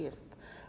Jest.